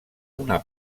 una